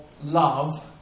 love